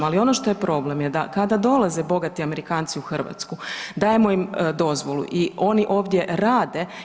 Ali ono što je problem je da kada dolaze bogati Amerikanci u Hrvatsku dajemo im dozvolu i oni ovdje rade.